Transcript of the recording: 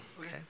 okay